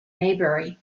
maybury